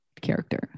character